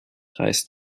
reiß